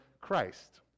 Christ